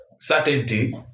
Certainty